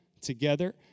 together